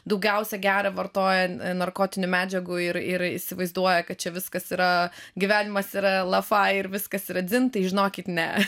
daugiausia geria vartoja narkotinių medžiagų ir ir įsivaizduoja kad čia viskas yra gyvenimas yra lafa ir viskas yra dzin tai žinokit ne